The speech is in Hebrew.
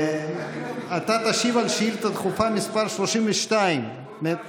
אתה תשיב על שאילתה דחופה מס' 32, מאת